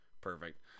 perfect